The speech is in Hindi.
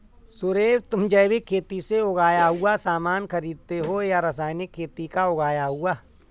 सुरेश, तुम जैविक खेती से उगाया हुआ सामान खरीदते हो या रासायनिक खेती का उगाया हुआ?